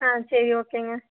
ஆ சரி ஓகேங்க